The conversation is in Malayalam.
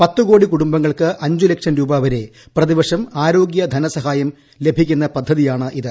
പത്തുകോടി കുടുംബങ്ങൾക്ക് അഞ്ച് ലക്ഷം രൂപവരെ പ്രതിവർഷം ആരോഗൃ ധനസഹായം ലഭിക്കുന്ന പദ്ധതിയാണിത്